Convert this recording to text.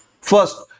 first